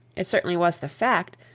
it certainly was the fact,